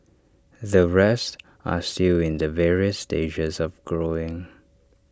the rest are still in the various stages of growing